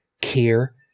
care